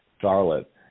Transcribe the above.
Charlotte